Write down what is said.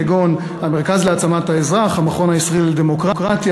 כגון המרכז להעצמת האזרח והמכון הישראלי לדמוקרטיה,